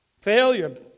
Failure